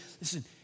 Listen